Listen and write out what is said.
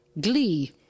glee